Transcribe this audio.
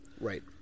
right